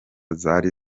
zari